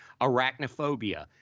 Arachnophobia